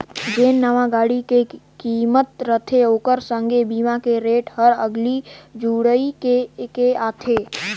जेन नावां गाड़ी के किमत रथे ओखर संघे बीमा के रेट हर अगले जुइड़ के आथे